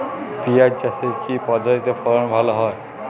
পিঁয়াজ চাষে কি পদ্ধতিতে ফলন ভালো হয়?